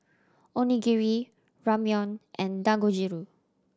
Onigiri Ramyeon and Dangojiru